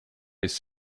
his